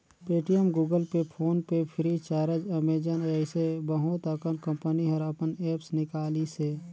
Paytm, Google Pay, PhonePe Freecharge, Amazon जइसे बहुत अकन कंपनी हर अपन ऐप्स निकालिसे